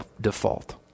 default